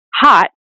hot